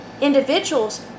individuals